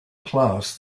class